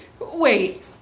Wait